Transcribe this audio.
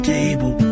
table